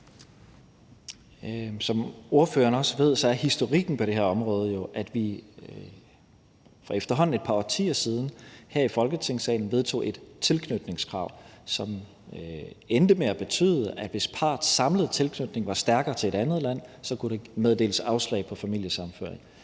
Som spørgeren også ved, er historikken på det her område jo, at vi for efterhånden et par årtier siden her i Folketingssalen vedtog et tilknytningskrav, som endte med at betyde, at hvis parrets samlede tilknytning til et andet land var stærkere, så kunne der meddeles afslag på familiesammenføring.